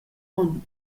onn